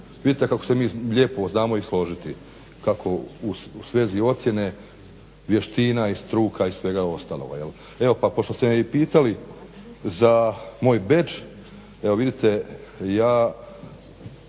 vidite kako se mi lijepo znamo i složiti kako u svezi ocjene vještina i struka i svega ostaloga. Evo pa pošto ste me i pitali za moj bedž evo vidite ja